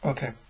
Okay